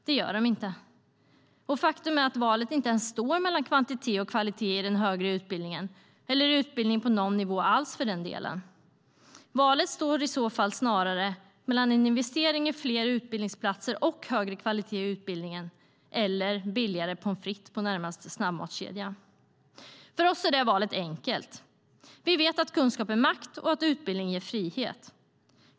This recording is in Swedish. Det gör de inte. Faktum är att valet inte ens står mellan kvantitet och kvalitet i den högre utbildningen eller i utbildning på någon nivå alls för den delen. Valet står snarare mellan en investering i fler utbildningsplatser och högre kvalitet i utbildningen eller billigare pommes frites på närmaste snabbmatskedja. För oss är det valet enkelt. Vi vet att kunskap är makt och att utbildning ger frihet.